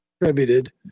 contributed